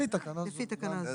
לפי תקנה זו.